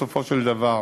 בסופו של דבר,